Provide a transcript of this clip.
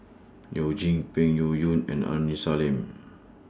YOU Jin Peng Yuyun and Aini Salim